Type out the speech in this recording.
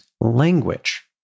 language